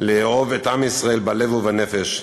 לאהוב את עם ישראל בלב ובנפש,